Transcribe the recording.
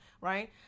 right